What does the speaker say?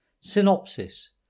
Synopsis